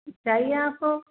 चाहिए आपको